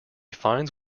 finds